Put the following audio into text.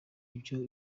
nibyo